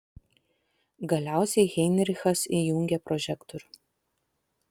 galiausiai heinrichas įjungė prožektorių